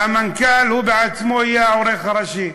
שהמנכ"ל הוא בעצמו יהיה העורך הראשי,